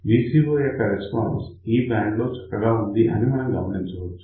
VCO యొక్క response ఈ band లో చక్కగా ఉంది అని మనం గమనించవచ్చు